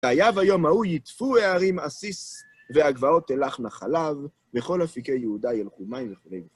והיה ביום ההוא יטפו ההרים עסיס והגבעות תלכנה חלב וכל־אפיקי יהודה ילכו מים וכו'